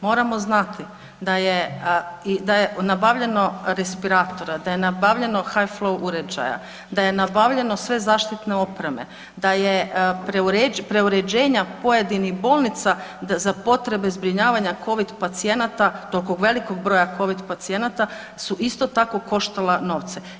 Moramo znati da je nabavljeno respiratora, da je nabavljeno ... uređaja, da je nabavljeno sve zaštitne opreme, da je preuređenja pojedinih bolnica za potrebe zbrinjavanja COVID pacijenata, toliko velikog broja COVID pacijenata su isto tako koštala novce.